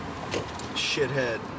shithead